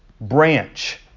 branch